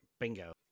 Bingo